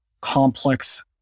complex